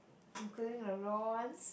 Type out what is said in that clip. including the raw one